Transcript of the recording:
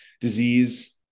disease